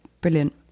brilliant